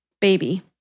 Baby